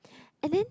and then